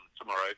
tomorrow